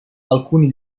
alcuni